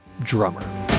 drummer